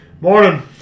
morning